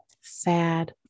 sad